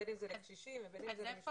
בין אם זה לקשישים ובין אם זה למשפחות.